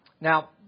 Now